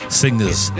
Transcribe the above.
singers